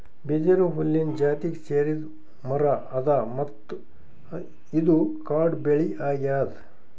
ಬಿದಿರು ಹುಲ್ಲಿನ್ ಜಾತಿಗ್ ಸೇರಿದ್ ಮರಾ ಅದಾ ಮತ್ತ್ ಇದು ಕಾಡ್ ಬೆಳಿ ಅಗ್ಯಾದ್